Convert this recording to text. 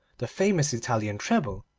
the famous italian treble,